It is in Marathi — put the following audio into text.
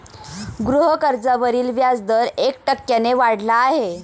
गृहकर्जावरील व्याजदर एक टक्क्याने वाढला आहे